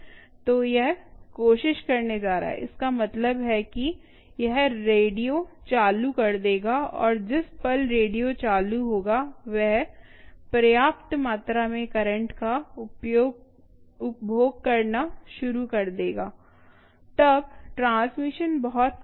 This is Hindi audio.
तो यह कोशिश करने जा रहा है इसका मतलब है कि यह रेडियो चालू कर देगा और जिस पल रेडियो चालू होगा वह पर्याप्त मात्रा में करंट का उपभोग करना शुरू कर देगा तब ट्रांसमिशन बहुत कम है